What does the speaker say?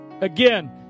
again